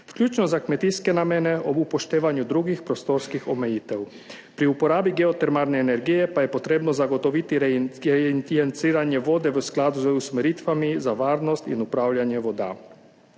vključno za kmetijske namene, ob upoštevanju drugih prostorskih omejitev. Pri uporabi geotermalne energije pa je potrebno zagotoviti reinjeciranje vode v skladu z usmeritvami za varnost in upravljanje voda.